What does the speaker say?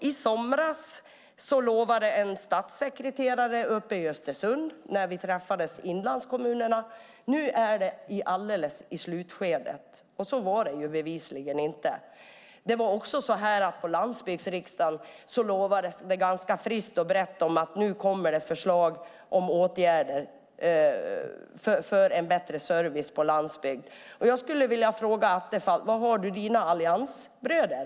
I somras när inlandskommunerna träffades i Östersund lovade en statssekreterare att det var alldeles i slutskedet, och så var det bevisligen inte. På landsbygdsriksdagen lovades det ganska vitt och brett att det skulle komma förslag på åtgärder för en bättre service på landsbygden. Jag vill fråga Attefall var han har sina alliansbröder.